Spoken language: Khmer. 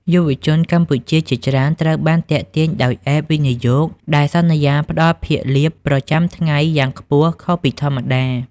យុវជនកម្ពុជាជាច្រើនត្រូវបានទាក់ទាញដោយ "App វិនិយោគ" ដែលសន្យាផ្តល់ភាគលាភប្រចាំថ្ងៃយ៉ាងខ្ពស់ខុសពីធម្មតា។